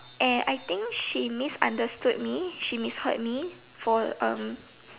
and I think she misunderstood me she misheard me for um